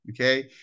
okay